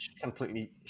completely